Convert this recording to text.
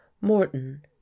Morton